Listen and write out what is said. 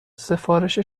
سفارش